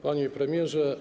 Panie Premierze!